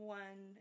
one